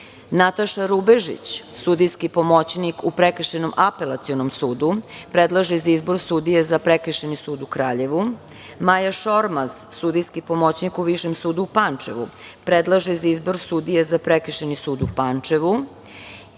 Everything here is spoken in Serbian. Nataša Rubežić, sudijski pomoćnik u Prekršajnom apelacionom sudu, predlaže za izbor sudije za Prekršajni sud u Kraljevu, Maja Šormaz, sudijski pomoćnik u višem sudu u Pančevu, predlaže za izbor sudije za Prekršajni sud u Pančevu